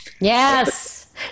Yes